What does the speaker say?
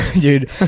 Dude